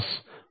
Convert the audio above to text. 4 i23